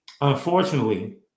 Unfortunately